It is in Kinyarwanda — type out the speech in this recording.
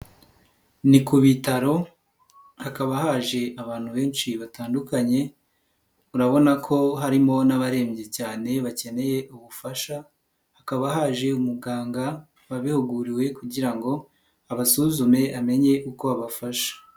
Ni ku bitaro hakaba haje abantu benshi batandukanye, urabona ko harimo n'abarembye cyane bakeneye ubufasha, hakaba haje umuganga wabihuguriwe kugira ngo abasuzume amenye uko abafasha.